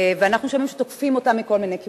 ואנחנו שומעים שתוקפים אותם מכל מיני כיוונים.